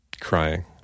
crying